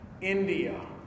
India